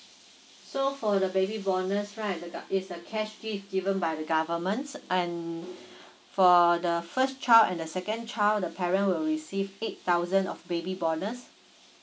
so for the baby bonus right the card is the cash gift is given by the government and for err the first child and the second child the parent will receive eight thousand of baby bonus